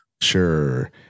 Sure